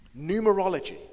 Numerology